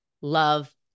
love